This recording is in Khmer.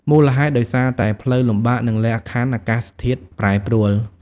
មូលហេតុដោយសារតែផ្លូវលំបាក និងលក្ខខណ្ឌអាកាសធាតុប្រែប្រួល។